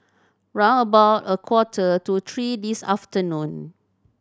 round about a quarter to three this afternoon